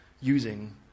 using